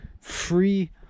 free